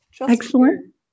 Excellent